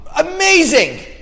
amazing